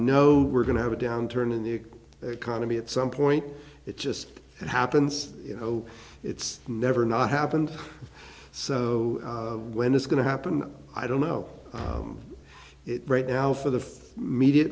know we're going to have a downturn in the economy at some point it just happens you know it's never not happened so when it's going to happen i don't know it right now for the media